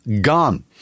gone